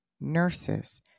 nurses